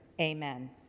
Amen